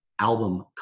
album